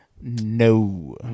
No